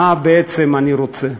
מה בעצם אני רוצה?